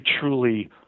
truly